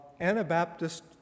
Anabaptist